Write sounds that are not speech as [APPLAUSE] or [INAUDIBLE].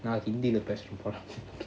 நான் hindi லபேசப்போறேன்போடா:la pesapporen poda [LAUGHS]